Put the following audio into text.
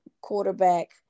quarterback